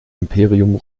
imperium